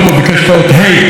הוא ידע שלא ייתנו לו את האות ה"א.